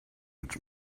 its